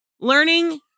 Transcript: Learning